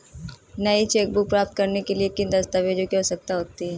नई चेकबुक प्राप्त करने के लिए किन दस्तावेज़ों की आवश्यकता होती है?